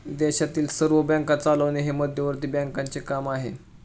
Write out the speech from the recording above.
देशातील सर्व बँका चालवणे हे मध्यवर्ती बँकांचे काम आहे